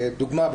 דוגמא,